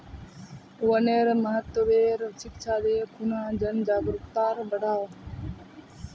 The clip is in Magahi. वनेर महत्वेर शिक्षा दे खूना जन जागरूकताक बढ़व्वा